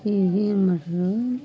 ಈಗ ಏನು ಮಾಡಿರೋ ಏನೋ